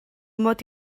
mod